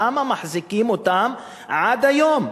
למה מחזיקים אותם עד היום?